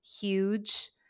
huge